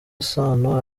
sano